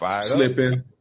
Slipping